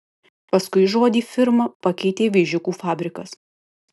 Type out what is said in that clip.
paskui žodį firma pakeitė vėžiukų fabrikas